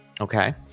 Okay